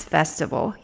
Festival